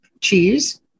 cheese